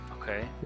okay